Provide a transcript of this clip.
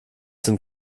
sind